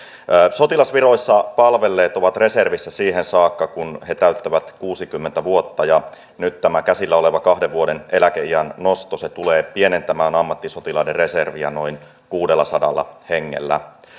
sotilasviroissa palvelleet ovat reservissä siihen saakka kun he täyttävät kuusikymmentä vuotta ja nyt tämä käsillä oleva kahden vuoden eläkeiän nosto tulee pienentämään ammattisotilaiden reserviä noin kuudellasadalla hengellä